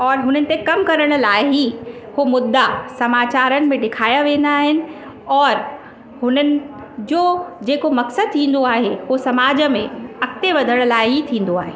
और हुननि ते कम करण लाइ ई उहो मुद्दा समाचारनि में ॾेखारिया वेंदा आहिनि और हुननि जो जेको मक़सदु थींदो आहे हो समाज में अॻिते वधण लाइ ही थींदो आहे